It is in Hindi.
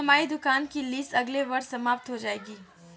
हमारी दुकान की लीस अगले वर्ष समाप्त हो जाएगी